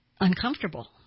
uncomfortable